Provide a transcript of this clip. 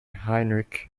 heinrich